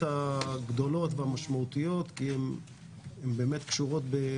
שנעשו בשנת 2020. זה מתווסף לתקציב.